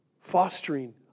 fostering